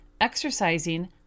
exercising